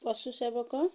ପଶୁ ସେବକ